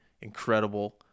incredible